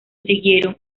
siguieron